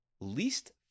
Least